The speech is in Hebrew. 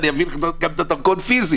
אני אביא את הדרכון פיזית.